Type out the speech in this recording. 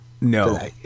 No